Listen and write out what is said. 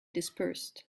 dispersed